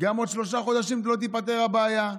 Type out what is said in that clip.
גם עוד שלושה חודשים לא תיפתר הבעיה.